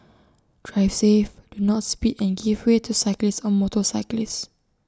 drive safe do not speed and give way to cyclists or motorcyclists